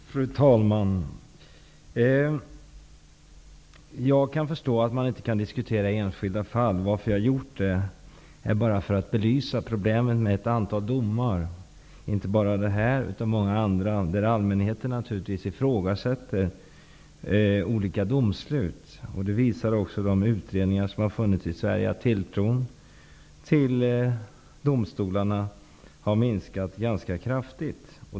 Fru talman! Jag kan förstå att man inte kan diskutera enskilda fall. Anledningen till att jag har gjort det är att jag vill belysa vilka problem som är förknippade med ett antal domar -- inte bara den här, utan många andra -- där allmänheten ifrågasätter domsluten. De utredningar som har gjorts i Sverige visar också att tilltron till domstolarna har minskat ganska kraftigt.